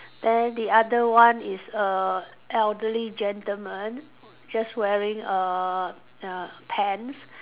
then the other one is a elderly gentlemen just wearing a ya pen